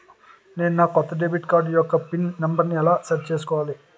నేను నా కొత్త డెబిట్ కార్డ్ యెక్క పిన్ నెంబర్ని ఎలా సెట్ చేసుకోవాలి?